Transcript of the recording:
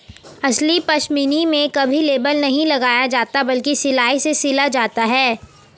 असली पश्मीना में कभी लेबल नहीं लगाया जाता बल्कि सिलाई से सिला जाता है